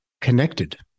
connected